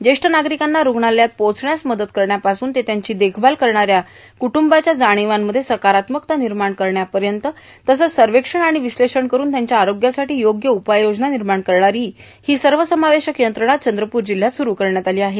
ज्येष्ठ नार्गारकांना रुग्णालयात पोहोचण्यास मदत करण्यापासून तर त्यांची देखभाल करणाऱ्या कटंबाच्या जााणवांमध्ये सकारात्मकता निमाण करण्यापयत तसंच सवक्षण आाण विश्लेषण करून त्यांच्या आरोग्यासाठां योग्य उपाययोजना र्वानमाण करणारां हो सवसमावेशक यंत्रणा चंद्रपूर जिल्ह्यातील मूल इथं सुरू करण्यात आलो आहे